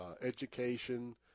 education